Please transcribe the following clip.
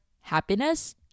happiness